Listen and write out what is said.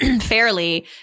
fairly